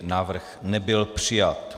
Návrh nebyl přijat.